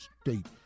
State